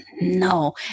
No